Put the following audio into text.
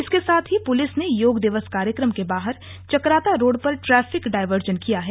इसके साथ ही पुलिस ने योग दिवस कार्यक्रम के बाहर चकराता रोड पर ट्रैफिक डायवर्जन किया है